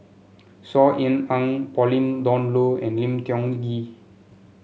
Saw Ean Ang Pauline Dawn Loh and Lim Tiong Ghee